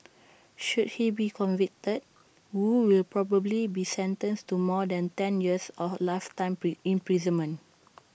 should he be convicted wu will probably be sentenced to more than ten years or lifetime imprisonment